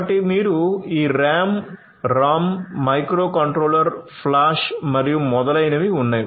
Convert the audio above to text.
కాబట్టి మీకు ఈ ర్యామ్ రామ్ మైక్రోకంట్రోలర్ ఫ్లాష్ మరియు మొదలైనవి ఉన్నాయి